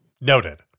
Noted